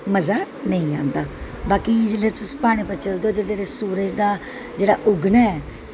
मज़ा नेईं आंदा बाकी जिसलै तुस प्हाड़े पर चढ़दे ओ जिसलै सूरज दा जेह्ड़ा उग्गना ऐ